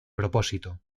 propósito